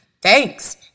Thanks